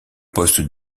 poste